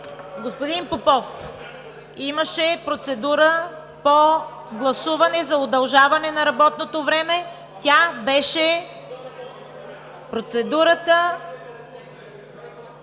Господин Попов, имаше процедура по гласуване за удължаване на работното време. Тя беше… (Реплики